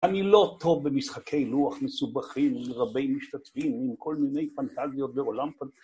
אני לא טוב במשחקי לוח מסובכים ולרבי משתתפים עם כל מיני פנטזיות בעולם פנט...